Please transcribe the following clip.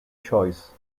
choice